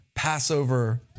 Passover